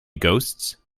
ghosts